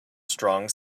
strong